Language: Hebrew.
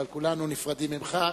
אבל כולנו נפרדים ממך.